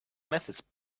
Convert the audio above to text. methods